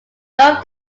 loved